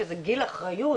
שזה גיל אחריות,